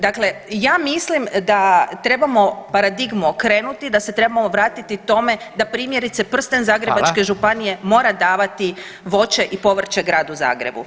Dakle, ja mislim da trebamo paradigmu okrenuti, da se trebamo vratiti tome da primjerice prsten Zagrebačke županije mora davati voće i povrće Gradu Zagrebu.